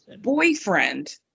boyfriend